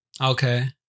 Okay